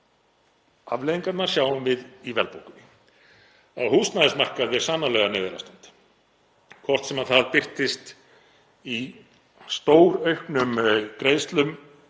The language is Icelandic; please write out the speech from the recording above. Afleiðingarnar sjáum við í verðbólgunni. Á húsnæðismarkaði er sannarlega neyðarástand, hvort sem það birtist í stórauknum greiðslum